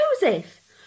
Joseph